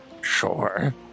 Sure